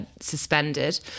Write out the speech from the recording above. suspended